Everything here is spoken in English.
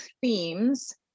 themes